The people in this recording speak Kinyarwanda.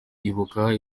ibuka